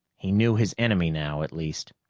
he knew his enemy now, at least.